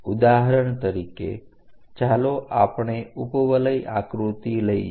ઉદાહરણ તરીકે ચાલો આપણે ઉપવલય આકૃતિ લઈએ